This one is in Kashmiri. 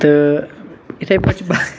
تہٕ یِتھے پٲٹھۍ چھِ باقٕے